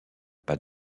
pas